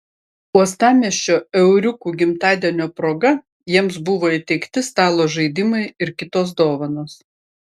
uostamiesčio euriukų gimtadienio proga jiems buvo įteikti stalo žaidimai ir kitos dovanos